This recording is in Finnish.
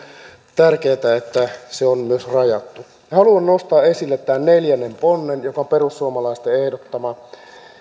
tärkeätä että se on myös rajattu haluan nostaa esille tämän neljännen ponnen joka on perussuomalaisten ehdottama